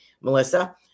melissa